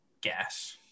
gas